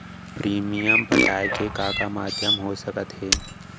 Premium पटाय के का का माधयम हो सकत हे?